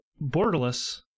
borderless